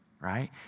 right